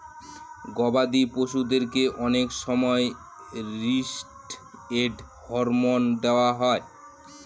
গবাদি পশুদেরকে অনেক সময় ষ্টিরয়েড হরমোন দেওয়া হয়